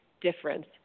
difference